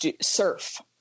surf